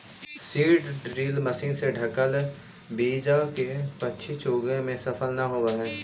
seed drill machine से ढँकल बीचा के पक्षी चुगे में सफल न होवऽ हई